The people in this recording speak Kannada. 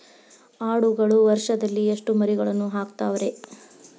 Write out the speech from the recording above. ಆಡುಗಳು ವರುಷದಲ್ಲಿ ಎಷ್ಟು ಮರಿಗಳನ್ನು ಹಾಕ್ತಾವ ರೇ?